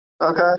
Okay